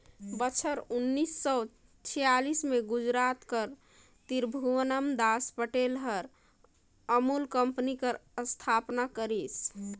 बछर उन्नीस सव छियालीस में गुजरात कर तिरभुवनदास पटेल हर अमूल कंपनी कर अस्थापना करिस